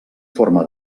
forma